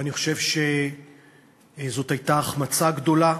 ואני חושב שזאת הייתה החמצה גדולה,